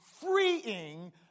freeing